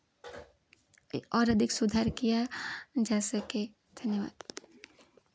और अधिक सुधार किया जा सके धन्यवाद